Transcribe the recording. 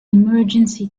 emergency